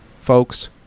folks